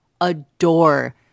adore